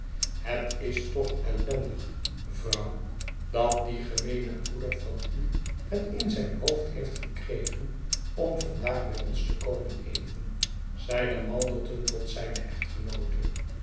het is toch ellendig vrouw dat die gemeene broeder van u het in zijn hoofd heeft gekregen om vandaag bij ons te komen eten zeide malderton tot zijne echtgenoote